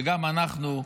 וגם אנחנו,